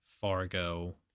Fargo